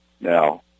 Now